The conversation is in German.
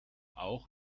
auch